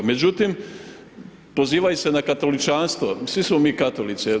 Međutim, pozivaju se na katoličanstvo, svi smo mi katolici.